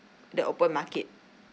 the open market